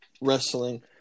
wrestling